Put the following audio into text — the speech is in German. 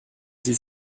sie